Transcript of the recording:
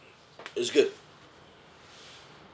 it's good